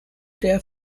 der